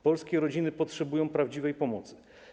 Polskie rodziny potrzebują prawdziwej pomocy.